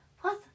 plus